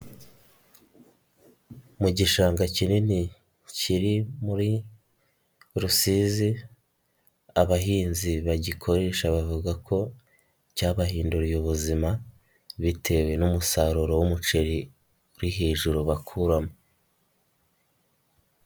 Mu gishanga kinini kiri muri Rusizi, abahinzi bagikoresha bavuga ko cyabahinduriye ubuzima bitewe n'umusaruro w'umuceri uri hejuru bakuramo.